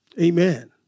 Amen